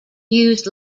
used